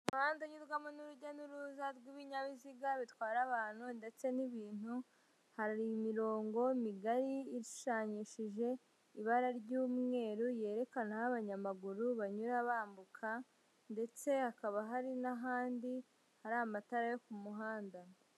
Umuhanda unyurwamo n'urujya n'uruza rw'ibinyabiziga bitwara abantu ndetse n'ibintu hari imirongo migari ishushanyishije ibara ry'umweru yerekana aho abanyamaguru banyura bambuka ndetse hakaba hari n'ahandi hari amatara yo ku muhanda.